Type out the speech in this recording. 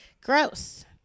gross